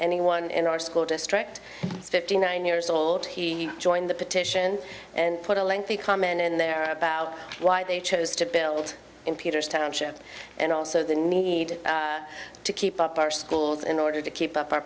anyone in our school district fifty nine years old he joined the petition and put a lengthy comment in there about why they chose to build in peter's township and also the need to keep up our schools in order to keep up our